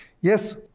yes